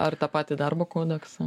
ar tą patį darbo kodeksą